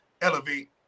elevate